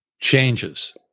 changes